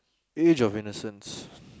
age of innocence